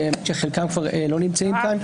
שחלקם כבר לא נמצאים כאן,